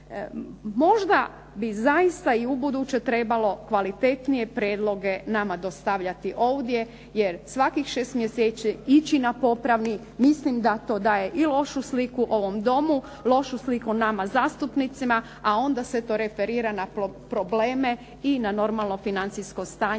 Možda bi zaista i ubuduće trebalo kvalitetnije prijedloge nama dostavljati ovdje, jer svakih 6 mjeseci ići na popravni, mislim da to daje lošu sliku ovom Domu, lošu sliku nama zastupnicima, a onda se to referira na probleme i na normalno financijsko stanje